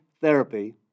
therapy